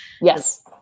Yes